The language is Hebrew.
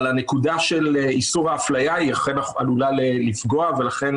אבל הנקודה של איסור האפלייה אכן עלולה לפגוע ולכן